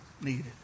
needed